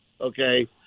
okay